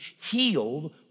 healed